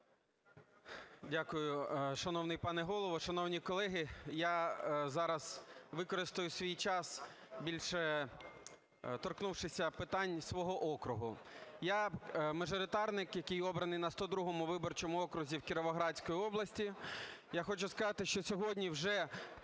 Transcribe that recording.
Дякую. Шановний пане Голово, шановні колеги, я зараз використаю свій час, більше торкнувшись питань свого округу. Я мажоритарник, який обраний на 102 виборчому окрузі в Кіровоградській області. Я хочу сказати, що сьогодні вже